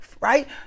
right